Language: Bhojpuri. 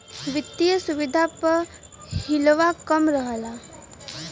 वित्तिय सुविधा प हिलवा कम रहल